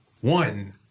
One